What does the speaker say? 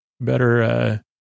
better